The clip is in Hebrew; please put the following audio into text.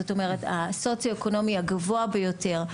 זאת אומרת הסוציו-אקונומי הגבוה ביותר.